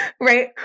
Right